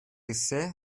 ise